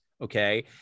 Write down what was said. Okay